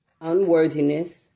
unworthiness